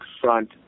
front